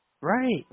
Right